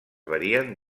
varien